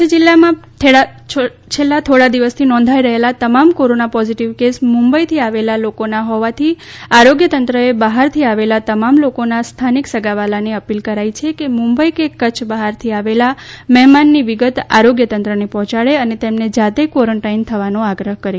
કચ્છમાં છેલ્લા થોડા દિવસથી નોંધાઈ રહેલા તમામ કોરોના પોઝીટીવ કેસ મુંબઈથી આવેલા લોકોના હોવાથી આરોગ્ય તંત્ર એ બહાર થી આવેલા તમામ લોકો ના સ્થાનિક સગાવહાલાં ને અપીલ કરાઈ છે કે મુંબઈ કે કચ્છ બહાર થી આવેલા મહેમાનની વિગત આરોગ્ય તંત્રને પહોંચાડે અને તેમને જાતે ક્વોરેન્ટીન થવાનો આગ્રહ કરે